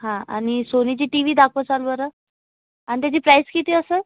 हां आणि सोनीची टी वी दाखवाल बरं आणि त्याची प्राइस किती असेल